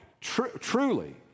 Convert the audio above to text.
truly